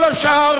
כל השאר